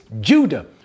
Judah